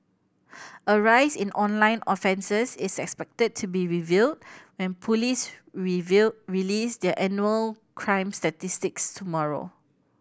a rise in online offences is expected to be revealed when police release their annual crime statistics tomorrow